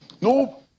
no